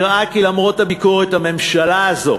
נראה כי למרות הביקורת, הממשלה הזאת